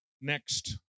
Next